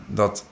dat